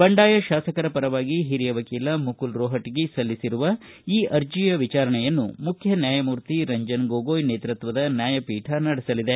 ಬಂಡಾಯ ಶಾಸಕರ ಪರವಾಗಿ ಹಿರಿಯ ವಕೀಲ ಮುಕುಲ್ ರೋಷ್ಟಗಿ ಸಲ್ಲಿಸಿರುವ ಈ ಅರ್ಜಿಯ ವಿಚಾರಣೆಯನ್ನು ಮುಖ್ಯ ನ್ಯಾಯಮೂರ್ತಿ ರಂಜನ್ ಗೊಗೋಯ್ ನೇತೃತ್ವದ ನ್ಯಾಯಪೀಠ ನಡೆಸಲಿದೆ